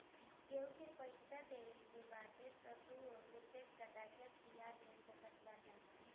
केहू के पईसा देवे के बाटे तअ तू ओके चेक काट के पइया दे सकत बाटअ